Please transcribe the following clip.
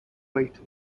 weight